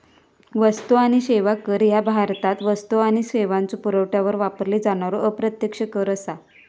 वस्तू आणि सेवा कर ह्या भारतात वस्तू आणि सेवांच्यो पुरवठ्यावर वापरलो जाणारो अप्रत्यक्ष कर असा